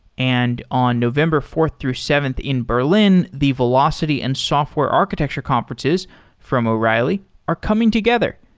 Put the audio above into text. and on november fourth through seventh in berlin, the velocity and software architecture conferences from o'reilly are coming together,